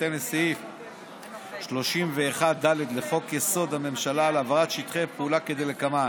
בהתאם לסעיף 31(ד) לחוק-יסוד: הממשלה על העברת שטחי פעולה כדלקמן: